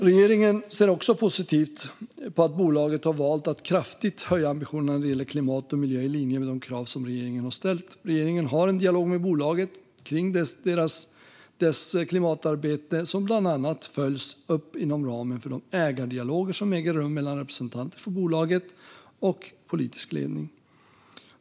Regeringen ser också positivt på att bolaget har valt att kraftigt höja ambitionerna när det gäller klimat och miljö i linje med de krav som regeringen har ställt. Regeringen har en dialog med bolaget kring dess klimatarbete som bland annat följs upp inom ramen för de ägardialoger som äger rum mellan representanter från bolaget och politisk ledning.